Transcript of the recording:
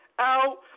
out